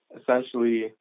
essentially